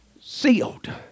sealed